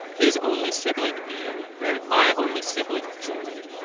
his only sibling, ian, married my only sibling, julie.